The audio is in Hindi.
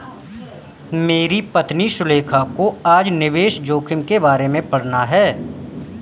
मेरी पत्नी सुलेखा को आज निवेश जोखिम के बारे में पढ़ना है